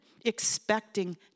expecting